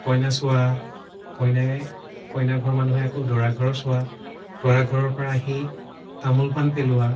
কইনা চোৱা কইনাই কইনা ঘৰৰ মানুহে আকৌ দৰা ঘৰ চোৱা দৰাঘৰৰ পৰা আহি তামোল পাণ পেলোৱা